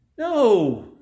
No